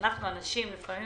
אנחנו הנשים לפעמים